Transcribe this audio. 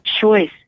choice